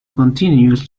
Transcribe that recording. continues